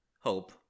Hope